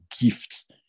gift